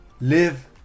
Live